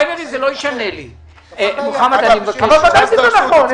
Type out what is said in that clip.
בוודאי שזה נכון.